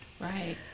Right